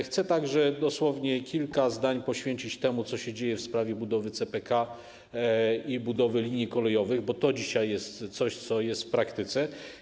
Chcę także dosłownie kilka zdań poświęcić temu, co się dzieje w sprawie budowy CPK i budowy linii kolejowych, bo to dzisiaj jest coś, co przejawia się w praktyce.